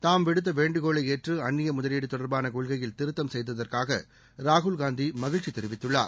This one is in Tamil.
தாம் விடுத்த வேண்டுகோளை ஏற்று அந்நிய முதலீடு தொடர்பான கொள்கையில் திருத்தம் செய்ததற்காக ராகுல்காந்தி மகிழ்ச்சி தெரிவித்துள்ளார்